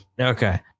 Okay